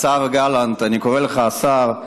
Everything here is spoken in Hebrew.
השר גלנט, אני קורא לך השר,